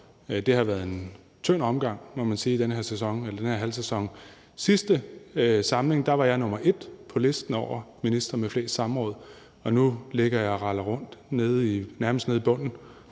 den her sæson eller den her halvsæson. I sidste samling var jeg nr. 1 på listen over ministre med flest samråd, og nu ligger jeg og raller rundt nærmest nede i bunden,